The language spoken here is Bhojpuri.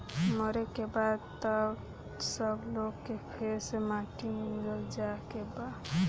मरे के बाद त सब लोग के फेर से माटी मे मिल जाए के बा